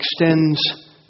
extends